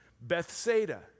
Bethsaida